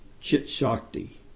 Chit-shakti